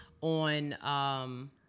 on